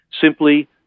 simply